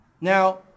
Now